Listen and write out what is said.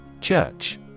Church